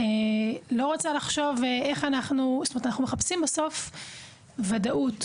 אנחנו מחפשים ודאות,